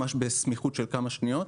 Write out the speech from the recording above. ממש בסמיכות של כמה שניות,